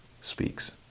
speaks